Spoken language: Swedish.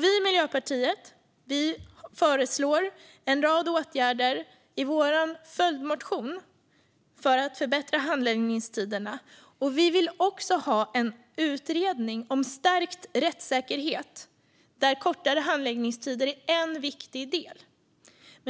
Vi Miljöpartiet föreslår en rad åtgärder i vår följdmotion för att förbättra handläggningstiderna. Vi vill också ha en utredning om stärkt rättssäkerhet där kortare handläggningstider är en viktig del.